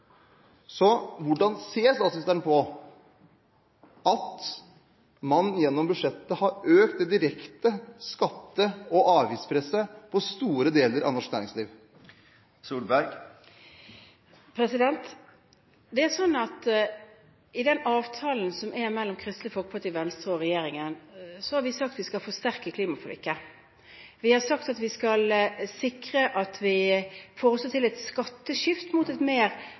Hvordan ser statsministeren på at man gjennom budsjettet har økt det direkte skatte- og avgiftspresset på store deler av norsk næringsliv? I avtalen mellom Kristelig Folkeparti, Venstre og regjeringen har vi sagt at vi skal forsterke klimaforliket. Vi har sagt at vi skal sikre at vi også får til et skatteskifte mot et mer